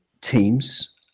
teams